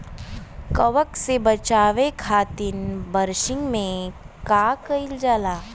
कवक से बचावे खातिन बरसीन मे का करल जाई?